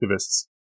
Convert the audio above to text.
activists